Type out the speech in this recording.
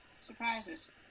Surprises